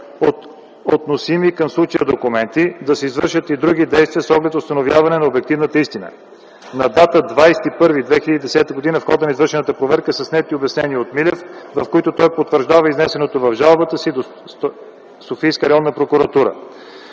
от относими към случая документи; да се извършат и други действия с оглед установяване на обективната истина. На 20 януари 2010 г. в хода на извършената проверка са снети обяснения от Милев, в които той потвърждава изнесеното в жалбата си до Софийска районна прокуратура.